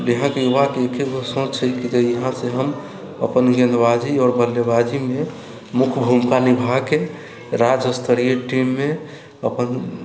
यहाँके युवाके एगो सोच हइ कि यहाँ से हम अपन गेंदबाजी आओर बल्लेबाजीमे मुख्य भूमिका निभाके राज स्तरीय टीममे अपन